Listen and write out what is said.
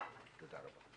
תודה רבה.